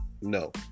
no